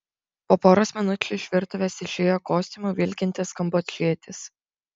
po poros minučių iš virtuvės išėjo kostiumu vilkintis kambodžietis